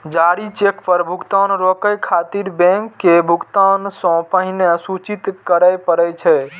जारी चेक पर भुगतान रोकै खातिर बैंक के भुगतान सं पहिने सूचित करय पड़ै छै